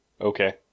Okay